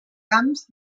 camps